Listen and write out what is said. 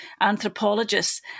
anthropologists